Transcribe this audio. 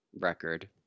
record